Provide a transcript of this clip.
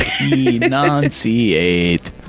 Enunciate